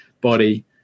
body